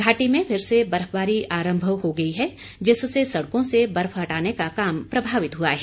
घाटी में फिर से बर्फवारी आरंभ हो गई है जिससे सड़कों से बर्फ हटाने का काम प्रभावित हुआ है